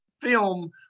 film